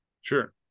Sure